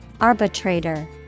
Arbitrator